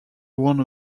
one